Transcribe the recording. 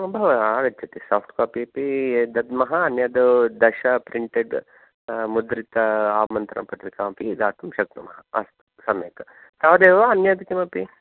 आगच्छति साफ्ट्कापी अपि दद्मः अन्यद् दशप्रिण्टेड् मुद्रित आमन्त्रणपत्रिकाम् अपि दातुं शक्नुमः अस्तु सम्यक् तावदेव वा अन्यद् किमपि